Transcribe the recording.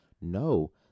No